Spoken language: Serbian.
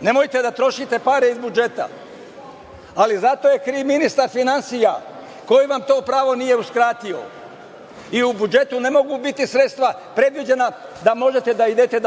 Nemojte da trošite pare iz budžeta. Za to je kriv ministar finansija, koji vam to pravo nije uskratio i u budžetu ne mogu biti sredstva predviđena da možete da idete